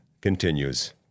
continues